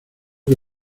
que